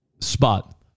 Spot